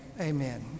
amen